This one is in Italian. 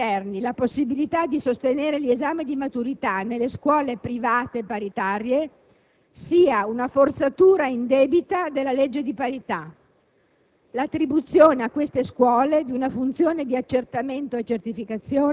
Per finire, pensiamo che dare ai candidati esterni la possibilità di sostenere gli esami di maturità nelle scuole private paritarie sia una forzatura indebita della legge di parità,